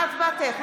מה הצבעתך?